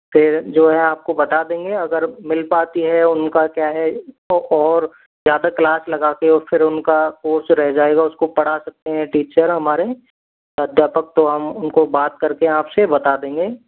फिर जो है आपको बता देंगे अगर मिल पाती है उनका क्या है और ज़्यादा क्लास लगा के फिर उनका कोर्स रह जाएगा उसको पढ़ा सकते हैं टीचर हमारे अध्यापक तो हम उनको बात करके आपसे बता देंगे